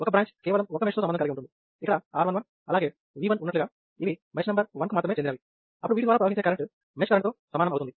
ఒక బ్రాంచ్ కేవలం ఒక్క మెష్ తో సంబంధం కలిగి ఉంటుంది ఇక్కడ R11 అలాగే V1 ఉన్నట్లుగా ఇవి మెష్ నంబర్ 1 కు మాత్రమే చెందినవి అప్పుడు వీటి ద్వారా ప్రవహించే కరెంటు మెష్ కరెంటు తో సమానం అవుతుంది